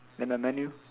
then the menu